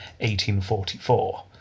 1844